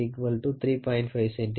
R V